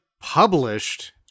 published